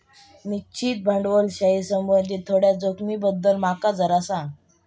निश्चित भांडवलाशी संबंधित थोड्या जोखमींबद्दल माका जरा सांग